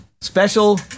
special